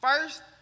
First